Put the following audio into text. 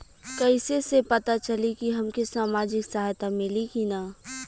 कइसे से पता चली की हमके सामाजिक सहायता मिली की ना?